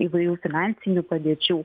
įvairių finansinių padėčių